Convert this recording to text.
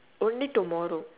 only tomorrow